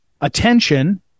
attention